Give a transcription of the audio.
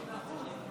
כל הכבוד.